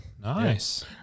Nice